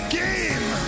game